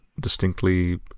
distinctly